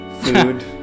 food